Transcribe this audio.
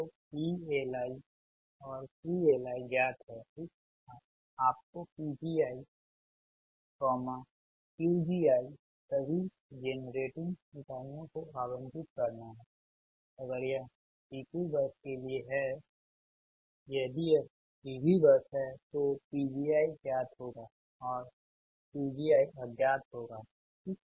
तोPLiऔरQLiज्ञात है ठीक आपकोPgiQgiसभी जेन रेटिंग इकाइयों को आवंटित करना हैं अगर यह P Q बस के लिए है यदि यह P V बस है तोPgiज्ञात होगा औरQgiअज्ञात होगा ठीक